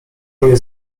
mnie